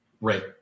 Right